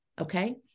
Okay